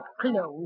close